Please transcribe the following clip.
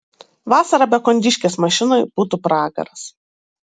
vasarą be kondiškės mašinoj būtų pragaras